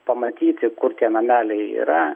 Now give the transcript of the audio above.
pamatyti kur tie nameliai yra